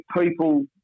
people